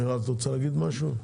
מירב, את רוצה להגיד משהו?